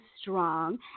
Strong